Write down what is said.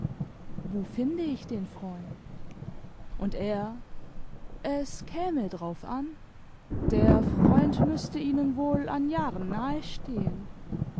wo finde ich den freund und er es käme drauf an der freund müßte ihnen wohl an jahreix